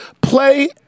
play